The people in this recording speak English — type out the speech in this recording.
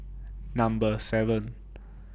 Number seven